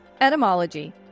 Etymology